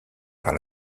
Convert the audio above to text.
par